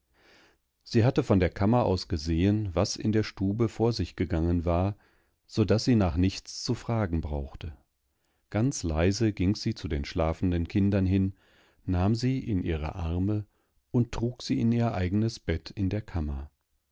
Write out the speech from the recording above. sie hatte von der kammer aus gesehen was in der stube vor sich gegangen war so daß sie nach nichts zu fragen brauchte ganz leise ging sie zu den schlafenden kindern hin nahm sie in ihre arme und trug sie in ihr eigenes bettinderkammer daraufgingsiewiederzudemsohnhinaus